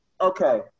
okay